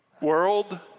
world